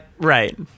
right